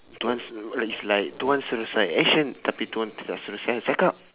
tuan it's like tuan suruh saya action tapi tuan tidak suruh saya cakap